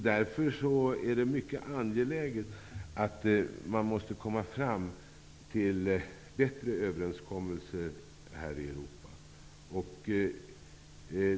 Därför är det mycket angeläget att man når bättre överenskommelser här i Europa.